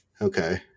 okay